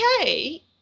okay